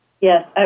Yes